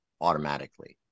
automatically